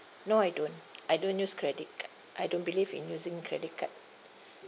no I don't I don't use credit card I don't believe in using credit card